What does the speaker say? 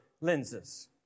lenses